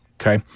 Okay